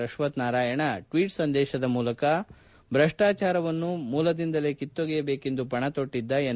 Ashwath Narayana tweet ಸಂದೇಶದ ಮೂಲಕ ಭ್ರಷ್ಟಾಚಾರವನ್ನು ಮೂಲದಿಂದಲೇ ಕಿತ್ತೊಗೆಯಬೇಕೆಂದು ಪಣ ತೊಟ್ಟಿದ್ದ ಎನ್